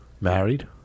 married